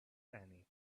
annie